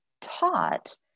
taught